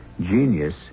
Genius